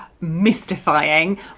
mystifying